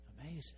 amazing